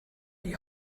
die